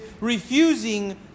refusing